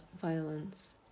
violence